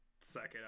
second